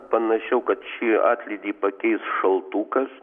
panašiau kad šį atlydį pakeis šaltukas